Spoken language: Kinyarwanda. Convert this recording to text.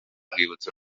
urwibutso